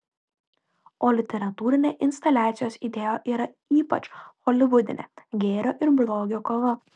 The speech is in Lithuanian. o literatūrinė instaliacijos idėja yra ypač holivudinė gėrio ir blogio kova